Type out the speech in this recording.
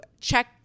check